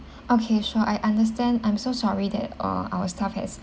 okay sure I understand I'm so sorry that uh our staff has